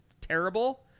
terrible